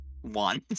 one